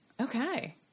Okay